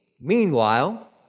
Meanwhile